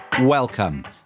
Welcome